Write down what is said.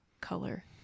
color